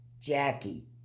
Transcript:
Jackie